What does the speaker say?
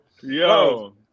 Yo